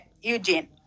Eugene